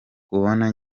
kubona